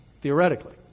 theoretically